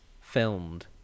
filmed